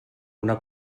una